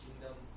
Kingdom